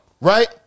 Right